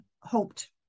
hoped